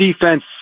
defense